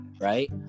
right